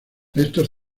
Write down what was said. estos